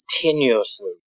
continuously